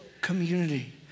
community